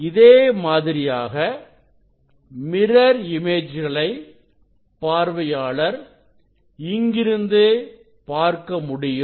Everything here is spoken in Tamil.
இதே மாதிரியாக மிரர் இமேஜ்களை பார்வையாளர் இங்கிருந்து பார்க்க முடியும்